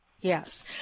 Yes